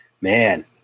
Man